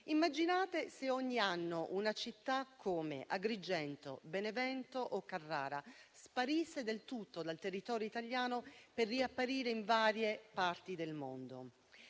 Immaginate se ogni anno una città come Agrigento, Benevento o Carrara sparisse del tutto dal territorio italiano per riapparire in varie parti del mondo.